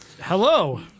hello